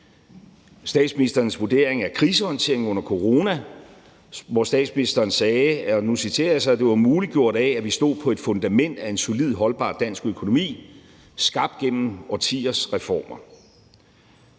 statsministerens vurdering af krisehåndteringen under corona, som statsministeren sagde – og nu citerer jeg – var muliggjort af, at vi stod på et fundament af en solid, holdbar dansk økonomi skabt gennem årtiers reformer.